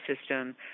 system